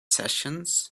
sessions